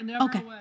Okay